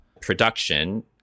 production